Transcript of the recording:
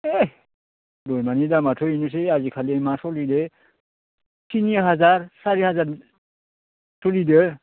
हे बोरमानि दामाथ' बेनोसै आजिखालि मा स'लिदो थिनि हाजार सारि हाजार थुलिदो